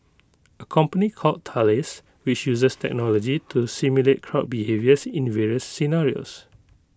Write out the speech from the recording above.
A company called Thales which uses technology to simulate crowd behaviours in various scenarios